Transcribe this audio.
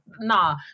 nah